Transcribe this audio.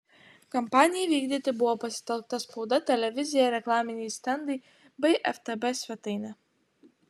kampanijai vykdyti buvo pasitelkta spauda televizija reklaminiai stendai bei ftb svetainė